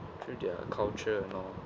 through their culture and all